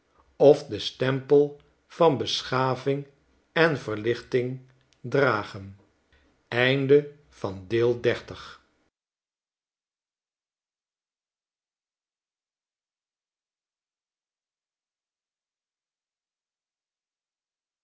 of den stempel van beschaving en verlichting dragen